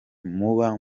muba